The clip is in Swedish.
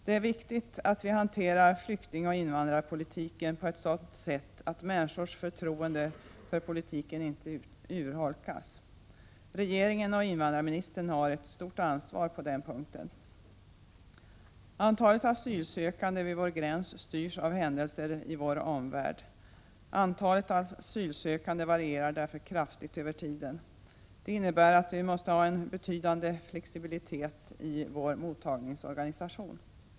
Det är viktigt att vi hanterar flyktingoch invandringspolitiken på ett sådant sätt att människors förtroende för politiken inte urholkas. Regeringen och invandrarministern har ett stort ansvar på den punkten. Antalet asylsökande vid vår gräns styrs av händelser i vår omvärld och varierar därför kraftigt över tiden. Det innebär att vi måste ha en betydande flexibilitet i vår mottagningsorganisation.